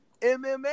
MMA